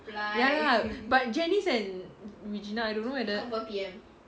ya lah but janice and regina I don't know whether